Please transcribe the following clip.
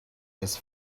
his